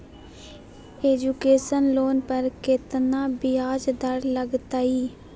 Education loan पर केतना ब्याज दर लगतई?